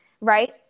Right